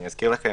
אני אזכיר לכם